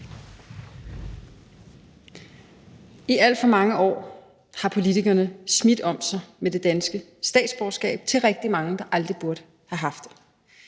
I alt for mange år har politikerne smidt om sig med det danske statsborgerskab til rigtig mange, der aldrig burde have haft det.